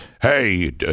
hey